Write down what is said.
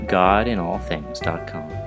godinallthings.com